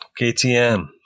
KTM